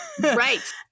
Right